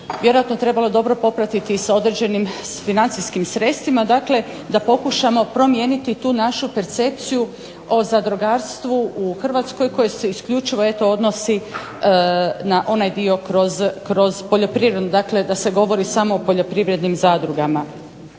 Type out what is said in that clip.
vjerojatno trebalo dobro popratiti sa određenim financijskim sredstvima, dakle da pokušamo promijeniti tu našu percepciju o zadrugarstvu u Hrvatskoj, koja se isključivo eto odnosi na onaj dio kroz poljoprivredu, dakle da se govori samo o poljoprivrednim zadrugama.